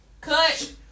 Cut